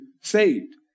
saved